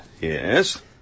Yes